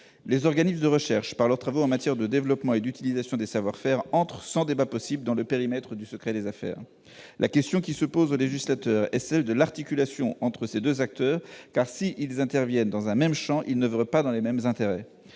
Les organismes de recherche, eu égard à leurs travaux en matière de développement et d'utilisation des savoir-faire, s'inscrivent sans débat possible dans le périmètre du secret des affaires. La question qui se pose au législateur est celle de l'articulation entre ces deux acteurs, car s'ils interviennent dans un même champ, ils n'oeuvrent pas au titre des mêmes intérêts,